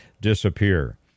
disappear